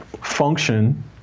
function